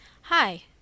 Hi